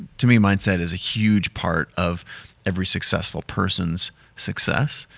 to me mindset is a huge part of every successful person's success.